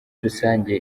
rusange